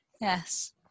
yes